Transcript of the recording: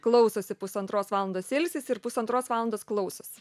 klausosi pusantros valandos ilsisi ir pusantros valandos klausos